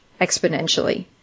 exponentially